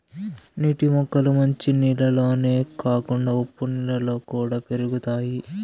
నీటి మొక్కలు మంచి నీళ్ళల్లోనే కాకుండా ఉప్పు నీళ్ళలో కూడా పెరుగుతాయి